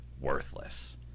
worthless